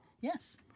Yes